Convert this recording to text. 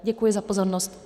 Děkuji za pozornost.